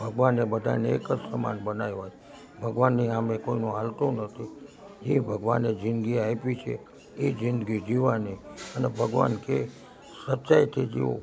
ભગવાને બધાને એક જ સમાન બનાવ્યા છે ભગવાનની સામે કોઈનું ચાલતું નથી જે ભગવાને જિંદગી આપી છે એ જિંદગી જીવવાની અને ભગવાન કહે સચ્ચાઈથી જીવવું